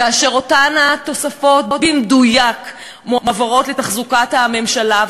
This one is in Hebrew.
כאשר אותן התוספות במדויק מועברות לתחזוקת הממשלה,